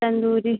tandoori